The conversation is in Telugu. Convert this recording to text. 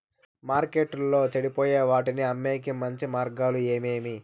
మార్కెట్టులో చెడిపోయే వాటిని అమ్మేకి మంచి మార్గాలు ఏమేమి